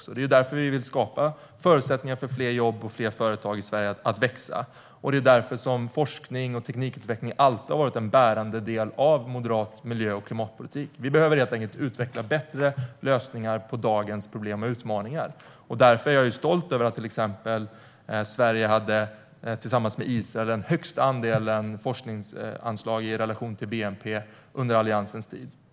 Det är därför som vi vill skapa förutsättningar för fler jobb och fler företag i Sverige att växa, och det är därför som forskning och teknikutveckling alltid har varit en bärande del av moderat miljö och klimatpolitik. Vi behöver helt enkelt utveckla bättre lösningar på dagens problem och utmaningar. Därför är jag stolt över att Sverige under Alliansens tid, tillsammans med Israel, hade den högsta andelen forskningsanslag i relation till bnp.